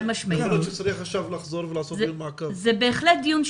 אגב, עכשיו צריך לחזור ולקיים דיון מעקב.